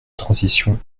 transition